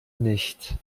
nicht